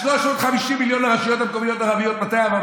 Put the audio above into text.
350 המיליון לרשויות המקומיות הערביות, מתי עבר?